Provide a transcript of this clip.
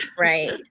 right